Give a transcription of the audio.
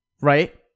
Right